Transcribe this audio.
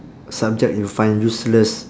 subject you find useless